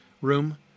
room